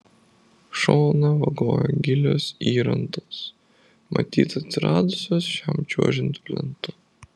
šoną vagojo gilios įrantos matyt atsiradusios šiam čiuožiant plentu